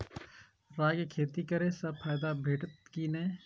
राय के खेती करे स फायदा भेटत की नै?